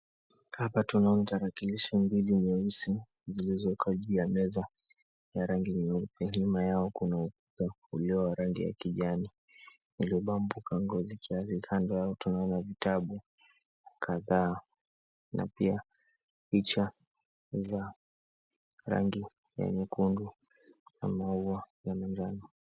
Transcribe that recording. Hapa tunaona tarakilishi mbili nyeusi zilizowekwa juu ya meza ya rangi nyeupe na nyuma yao kuna ukuta ulio wa rangi ya kijani kando yao tunaona vitabu kadhaa na pia picha za rangi ya nyekundu na maua ya manjano.